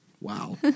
Wow